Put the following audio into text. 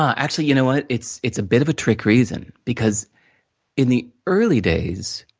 actually, you know what? it's it's a bit of a trick reason, because in the early days,